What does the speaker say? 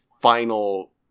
final